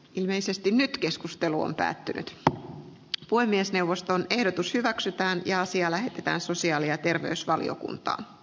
ilmeisesti nyt keskustelu on päättynyt ja puhemiesneuvoston ehdotus hyväksytään ja asia lähetetään sosiaali ensiarvoisen tärkeää